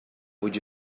would